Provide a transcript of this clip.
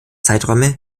zeiträume